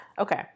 Okay